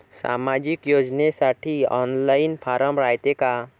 सामाजिक योजनेसाठी online form रायते का?